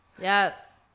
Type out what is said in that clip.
Yes